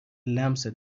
لمست